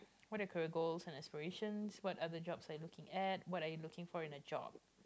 what are your career goals and aspirations what other jobs are you looking at what are you looking for in a job